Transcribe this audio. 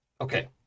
Okay